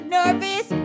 nervous